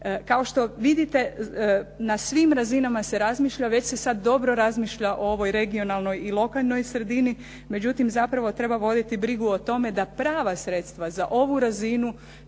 Kao što vidite, na svim razinama se razmišlja, već se sad dobro razmišlja o ovoj regionalnoj i lokalnoj sredini, međutim zapravo treba voditi brigu o tome da prava sredstva za ovu razinu